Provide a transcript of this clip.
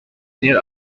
near